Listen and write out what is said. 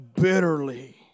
bitterly